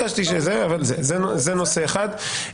הנושא השני,